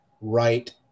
right